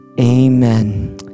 amen